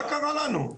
מה קרה לנו?